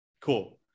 Cool